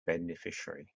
beneficiary